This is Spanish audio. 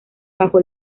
bajo